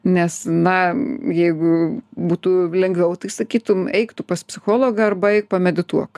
nes na jeigu būtų lengviau tai sakytum eik tu pas psichologą arba eik pamedituok